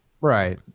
Right